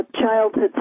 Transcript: childhood